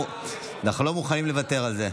אנחנו לא מוכנים לוותר על זה.